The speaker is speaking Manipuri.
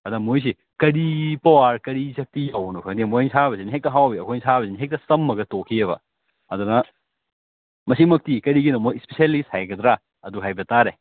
ꯑꯗ ꯃꯣꯏꯁꯤ ꯀꯔꯤ ꯄꯥꯋꯥꯔ ꯀꯔꯤ ꯁꯛꯇꯤ ꯌꯥꯎꯕꯅꯣ ꯈꯪꯗꯦ ꯃꯣꯏ ꯁꯥꯕꯁꯤꯅ ꯍꯦꯛꯇ ꯍꯥꯎꯋꯤ ꯑꯩꯈꯣꯏꯅ ꯁꯥꯕꯁꯤꯅ ꯍꯦꯛꯇ ꯆꯝꯃꯒ ꯇꯣꯛꯈꯤꯑꯕ ꯑꯗꯨꯅ ꯃꯁꯤꯃꯛꯇꯤ ꯀꯔꯤꯒꯤꯅꯣ ꯃꯣꯏ ꯁ꯭ꯄꯤꯁꯦꯜꯂꯤꯁ ꯍꯥꯏꯒꯗ꯭ꯔꯥ ꯑꯗꯨ ꯍꯥꯏꯕ ꯇꯥꯔꯦ